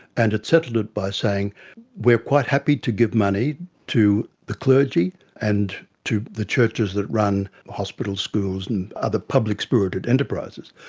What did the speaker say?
and it settled it by saying we are quite happy to give money to the clergy and to the churches that run hospitals, schools and other public spirited enterprises,